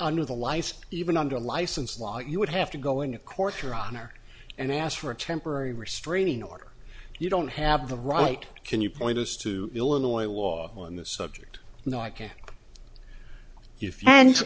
under the license even under license law you would have to go into court your honor and ask for a temporary restraining order you don't have the right can you point us to illinois law on the subject